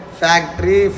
factory